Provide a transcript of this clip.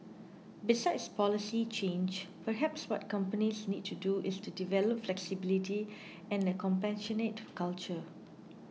besides policy change perhaps what companies need to do is to develop flexibility and a compassionate culture